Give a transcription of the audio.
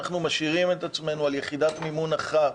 אנחנו משאירים את עצמנו על יחידת מימון 1,